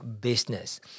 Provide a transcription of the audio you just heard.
business